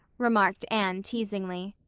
remarked anne, teasingly.